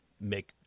make